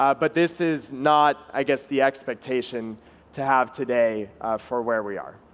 um but this is not i guess the expectation to have today for where we are.